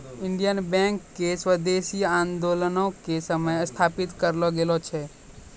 Indian Bank के स्वदेशी आन्दोलनो के समय स्थापित करलो गेलो छै